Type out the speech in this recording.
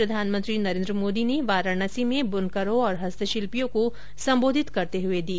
यह जानकारी प्रधानमंत्री नरेन्द्र मोदी ने वाराणसी में बुनकरों और हस्तशिल्पियों को संबोधित करते हुए दी